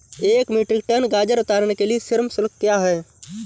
एक metric tonne गाजर उतारने के लिए श्रम शुल्क क्या है?